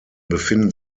befinden